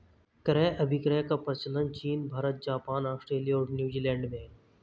क्रय अभिक्रय का प्रचलन चीन भारत, जापान, आस्ट्रेलिया और न्यूजीलैंड में है